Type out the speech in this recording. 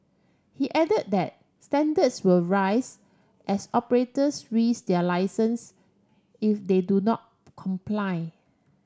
he added that standards will rise as operators risk their licence if they do not comply